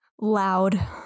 loud